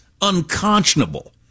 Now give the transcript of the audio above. unconscionable